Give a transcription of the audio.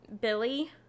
Billy